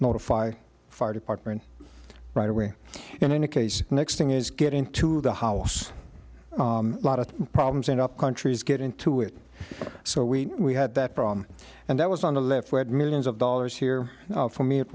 notify fire department right away in any case the next thing is getting to the house lot of problems end up countries get into it so we we had that problem and that was on the left we had millions of dollars here for me it